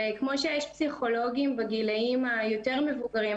וכמו שיש פסיכולוגים בגילאים היותר מבוגרים,